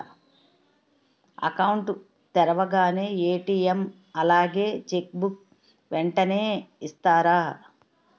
Account తెరవగానే ATM అలాగే cheque book వెంటనే ఇస్తారా?